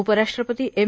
उपराष्ट्रपती एम